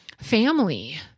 family